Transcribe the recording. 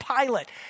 Pilate